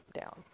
down